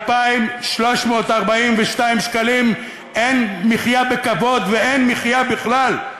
ב-2,342 שקלים אין מחיה בכבוד, ואין מחיה בכלל.